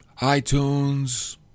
iTunes